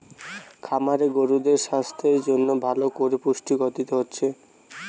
খামারে গরুদের সাস্থের জন্যে ভালো কোরে পুষ্টি দিতে হচ্ছে